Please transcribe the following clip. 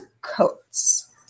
coats